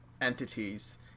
entities